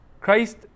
Christ